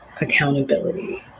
accountability